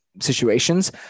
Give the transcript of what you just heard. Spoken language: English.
situations